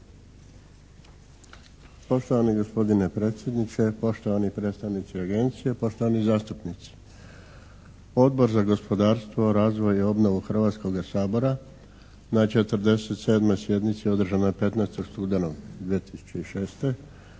Poštovani gospodine predsjedniče, poštovani predstavnici agencije, poštovani zastupnici! Odbor za gospodarstvo, razvoj i obnovu Hrvatskoga sabora na 47. sjednici održanoj 15. studenog 2006.